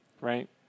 right